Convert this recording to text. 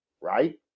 right